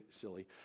silly